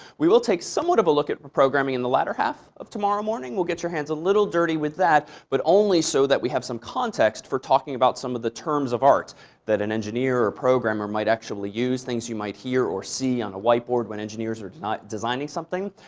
we will take somewhat of a look at reprogramming in the latter half of tomorrow morning. we'll get your hands a little dirty with that, but only so that we have some context for talking about some of the terms of art that an engineer or a programmer might actually use, things you might hear or see on a whiteboard when engineers are designing something.